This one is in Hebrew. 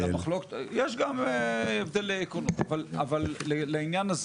יש גם הבדלי עקרונות, אבל לעניין הזה